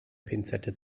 pinzette